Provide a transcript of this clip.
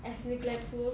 as neglectful